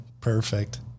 perfect